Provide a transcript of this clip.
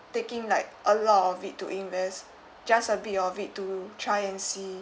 taking like a lot of it to invest just a bit of it to try and see